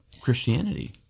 Christianity